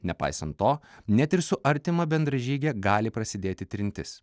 nepaisant to net ir su artima bendražyge gali prasidėti trintis